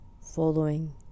following